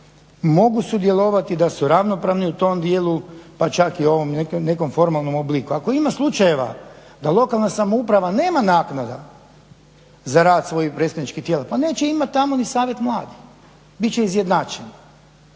mogu sudjelovati, da su ravnopravni u tom dijelu pa čak i u ovom nekom formalnom obliku. Ako ima slučajeva da lokalna samouprava nema naknada za rad svojih predstavničkih tijela pa neće imati tamo ni Savjet mladih, bit će izjednačeni,